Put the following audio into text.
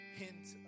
hint